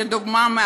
לדוגמה,